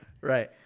Right